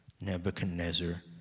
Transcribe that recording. Nebuchadnezzar